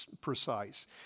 precise